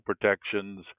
protections